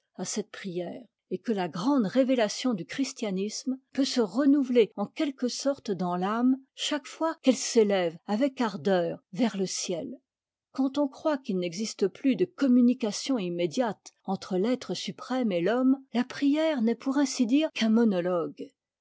à cette prière et que la grande révélation du christianisme peut se renouveler en quelque sorte dans l'âme chaque fois qu'elle s'élève avec ardeur vers le ciel quand on croit qu'il n'existe plus de communication immédiate entre l'être suprême et l'homme la prière n'est pour ainsi dire qu'un monologue